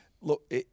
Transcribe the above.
look